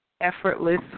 effortless